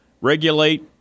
regulate